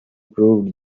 proved